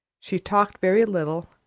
she talked very little,